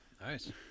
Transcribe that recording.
Nice